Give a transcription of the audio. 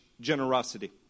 generosity